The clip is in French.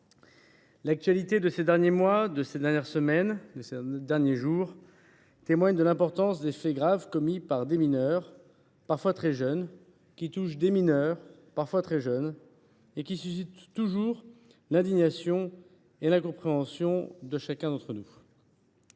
L’actualité de ces derniers mois, de ces dernières semaines et de ces derniers jours souligne l’importance de faits graves commis par des mineurs, parfois très jeunes, à l’encontre d’autres mineurs, parfois très jeunes également, et qui suscitent toujours l’indignation et l’incompréhension de tous.